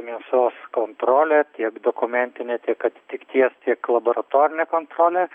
mėsos kontrolė tiek dokumentinė tiek atitikties tiek laboratorinė kontrolė